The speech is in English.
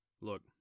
Look